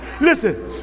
listen